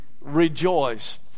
rejoice